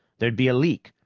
there'd be a leak,